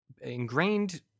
ingrained